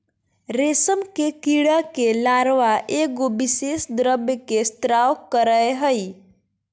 रेशम के कीड़ा के लार्वा एगो विशेष द्रव के स्त्राव करय हइ